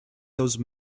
those